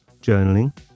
journaling